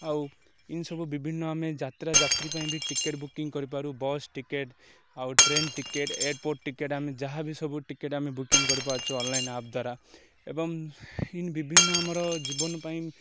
ଆଉ ଏମିତି ସବୁ ବିଭିନ୍ନ ଆମେ ଯାତ୍ରା ଯାତ୍ରୀ ପାଇଁ ବି ଟିକେଟ୍ ବୁକିଂ କରିପାରୁ ବସ୍ ଟିକେଟ୍ ଆଉ ଟ୍ରେନ୍ ଟିକେଟ୍ ଏୟାରପୋର୍ଟ ଟିକେଟ୍ ଆମେ ଯାହା ବି ସବୁ ଟିକେଟ୍ ଆମେ ବୁକିଂ କରିପାରୁଛୁ ଅନଲାଇନ୍ ଆପ୍ ଦ୍ୱାରା ଏବଂ ଏମିତି ବିଭିନ୍ନ ଆମର ଜୀବନ ପାଇଁ